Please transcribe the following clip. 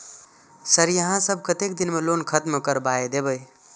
Sir यहाँ सब कतेक दिन में लोन खत्म करबाए देबे?